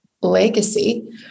legacy